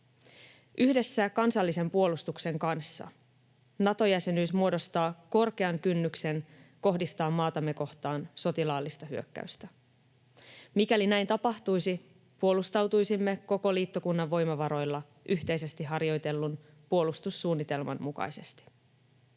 Yhdessä kansallisen puolustuksen kanssa Nato-jäsenyys muodostaa korkean kynnyksen kohdistaa maatamme kohtaan sotilaallista hyökkäystä. Mikäli näin tapahtuisi, puolustautuisimme koko liittokunnan voimavaroilla yhteisesti harjoitellun puolustussuunnitelman mukaisesti.